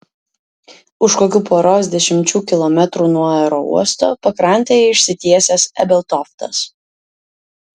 už kokių poros dešimčių kilometrų nuo aerouosto pakrantėje išsitiesęs ebeltoftas